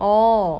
oh